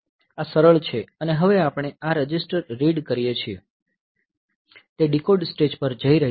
આ સરળ છે અને હવે આપણે આ રજીસ્ટર રીડ કરીએ છીએ તે ડીકોડ સ્ટેજ પર જઈ રહ્યા છે